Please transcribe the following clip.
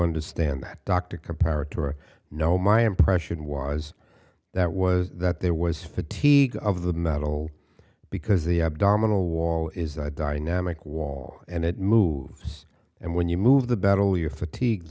understand that dr compare it to a no my impression was that was that there was fatigue of the metal because the abdominal wall is the dynamic wall and it moves and when you move the battle your fatigues